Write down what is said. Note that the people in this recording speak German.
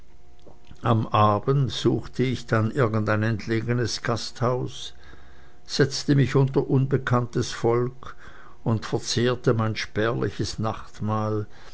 am abend suchte ich dann irgendein entlegenes gasthaus setzte mich unter unbekanntes volk und verzehrte ein spärliches nachtmahl